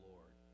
Lord